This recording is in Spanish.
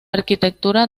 arquitectura